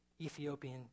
Ethiopian